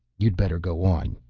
you'd better go on,